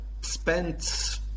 spent